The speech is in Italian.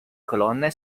colonne